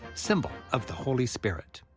symbol of the holy spirit.